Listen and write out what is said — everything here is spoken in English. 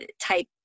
type